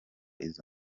izo